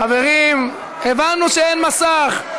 חברים, הבנו שאין מסך.